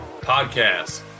Podcast